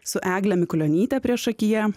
su egle mikulionyte priešakyje